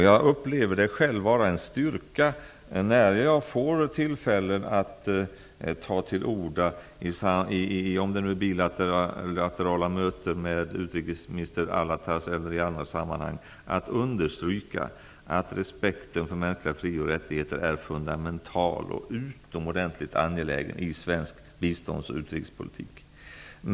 Jag uppfattar det själv vara en styrka när jag får tillfälle att ta till orda vid exempelvis bilaterala möten med utrikesminister Ali Alatas eller i andra sammanhang att understryka att respekten för mänskliga fri och rättigheter är fundamental och utomordentligt angelägen i svensk bistånds och utrikespolitik.